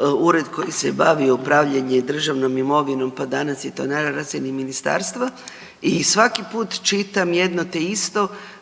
ured koji se bavio upravljanje državnom imovinom pa danas je to na razini ministarstva i svaki put čitam jedno te isto